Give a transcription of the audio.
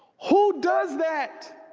who does that